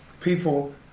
people